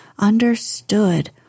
understood